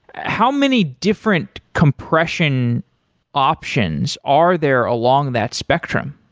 how many different compression options are there along that spectrum?